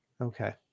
Okay